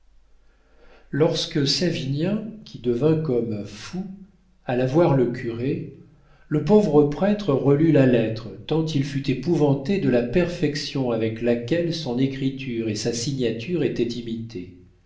lorsque savinien qui devint comme fou alla voir le curé le pauvre prêtre relut la lettre tant il fut épouvanté de la perfection avec laquelle son écriture et sa signature étaient imitées